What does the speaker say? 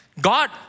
God